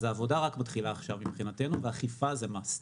אז העבודה רק מתחילה עכשיו מבחינתנו ואכיפה זה Must.